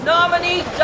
Nominee